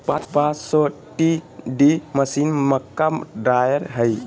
पांच सौ TD machine, मक्का ड्रायर हइ